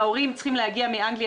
ההורים צריכים להגיע מאנגליה,